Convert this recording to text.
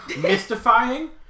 mystifying